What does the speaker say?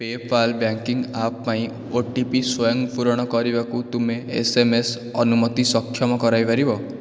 PayPal banking app ପାଇଁ O T P ସ୍ଵୟଂ ପୂରଣ କରିବାକୁ ତୁମେ ଏସ୍ ଏମ୍ ଏସ୍ ଅନୁମତି ସକ୍ଷମ କରାଇପାରିବ